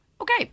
Okay